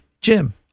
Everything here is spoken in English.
Jim